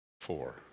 four